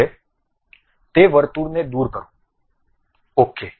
હવે તે વર્તુળને દૂર કરો ok